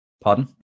Pardon